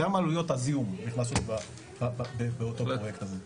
גם עלויות הזיהום נכנסות בפרויקט הזה.